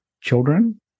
children